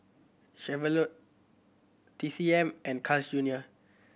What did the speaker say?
Chevrolet T C M and Carl's Junior